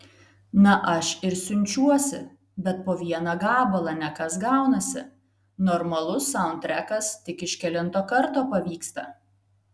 na aš ir siunčiuosi bet po vieną gabalą ne kas gaunasi normalus saundtrekas tik iš kelinto karto pavyksta